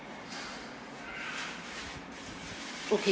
okay